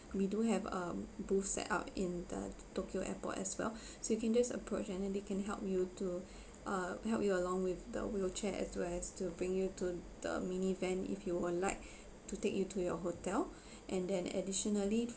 we do have um booth set up in the tokyo airport as well so you can just approach and then they can help you to uh help you along with the wheelchair as well as to bring you to the mini van if you would like to take you to your hotel and then additionally